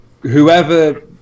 whoever